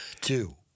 Two